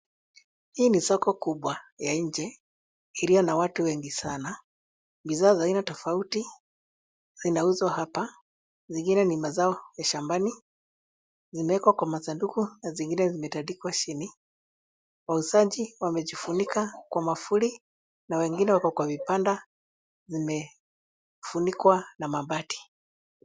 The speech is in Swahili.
Hii ni soko kubwa ya nje iliyo na watu wengi sana. Bidhaa za aina tofauti zinauzwa hapa, zingine ni mazao ya shambani, zinaekwa kwa masanduku, na zingine zimetandikwa chini. Wauzaji wamejifunika kwa mwavuli na wengine wako kwa vibanda, imefunikwa na mabati